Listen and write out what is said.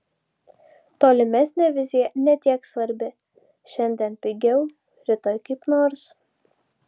tolimesnė vizija ne tiek svarbi šiandien pigiau rytoj kaip nors